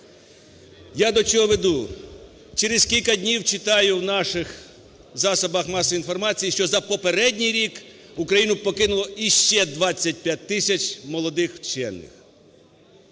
Я до чого веду? Через кілька днів читаю в наших засобах масової інформації, що за попередній рік Україну покинуло ще 25 тисяч молодих вчених.